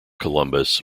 columbus